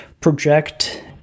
project